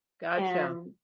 Gotcha